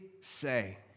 say